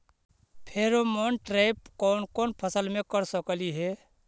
Pheromone trap कोन कोन फसल मे कर सकली हे?